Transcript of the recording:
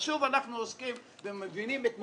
שוב אנחנו עוסקים בחוק הזה ומבינים את מהותו,